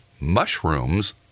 mushrooms